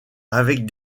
avec